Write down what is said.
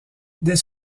dès